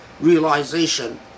realization